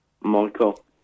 Michael